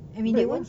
break ah